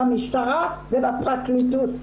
במשטרה ובפרקליטות.